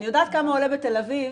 אני יודעת כמה עולה בתל אביב